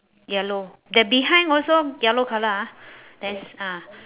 yellow the behind also yellow colour ah there's ah